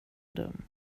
dum